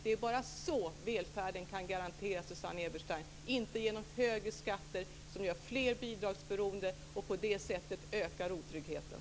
Det är bara så välfärden kan garanteras, Susanne Eberstein, inte genom högre skatter som gör fler bidragsberoende och på det sättet ökar otryggheten.